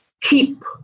keep